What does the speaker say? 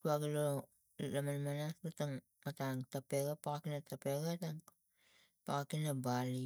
tuagi lo laman manas otang tapega tang paking bali.